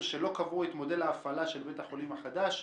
שלא קבעו את מודל ההפעלה של בית החולים החדש.